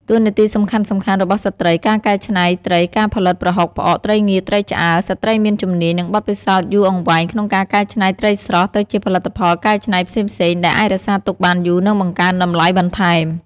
តួនាទីសំខាន់ៗរបស់ស្ត្រីការកែច្នៃត្រីការផលិតប្រហុក ផ្អក ត្រីងៀត ត្រីឆ្អើរ: ស្ត្រីមានជំនាញ និងបទពិសោធន៍យូរអង្វែងក្នុងការកែច្នៃត្រីស្រស់ទៅជាផលិតផលកែច្នៃផ្សេងៗ ដែលអាចរក្សាទុកបានយូរ និងបង្កើនតម្លៃបន្ថែម។